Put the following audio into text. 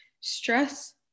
stress